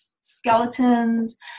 skeletons